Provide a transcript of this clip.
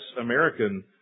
American